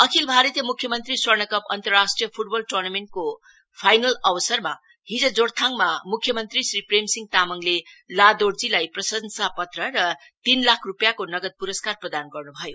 अखिल भारतीय मुख्य मंत्री स्वर्ण कप अन्तराष्ट्रिय फुटबल ट्र्नामेण्ट को फाइनल अवसरमा हिज जोरथाङमा मुख्य मंत्री श्री प्रेमसिंह तामाङले लादोर्जीलाई प्रशंसा पत्र र तीन लाख रुपियाँको नगद पुरस्कार प्रदान गर्नु भयो